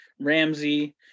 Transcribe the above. Ramsey